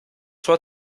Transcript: sua